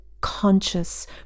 conscious